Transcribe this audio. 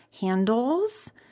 handles